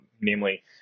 Namely